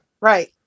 Right